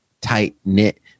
tight-knit